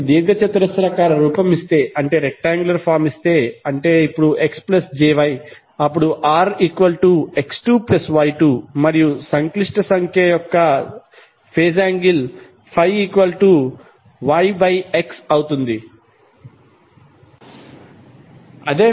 మీకు దీర్ఘచతురస్రాకార రూపం ఇస్తే అంటే x jy అప్పుడు r x2 y2 మరియు కాంప్లెక్స్ నెంబర్ యొక్క ఫేజ్ యాంగిల్ ∅ y x అవుతుంది